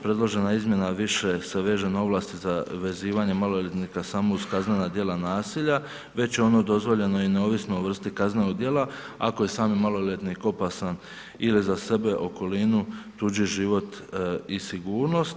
Predložena izmjena više se veže na ovlasti za vezivanje maloljetnika samo uz kaznena djela nasilja već je ono dozvoljeno i neovisno o vrsti kaznenog djela ako je sami maloljetnik opasan ili za sebe, okolinu, tuđi život i sigurnost.